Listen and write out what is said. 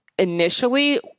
initially